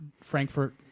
Frankfurt